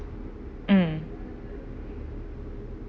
mm